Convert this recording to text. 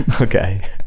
Okay